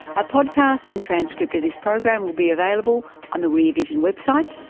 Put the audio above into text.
a podcast and transcript of this program will be available on the rear vision web site.